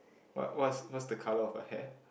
what what's what's the colour of her hair